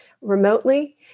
remotely